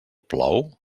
plou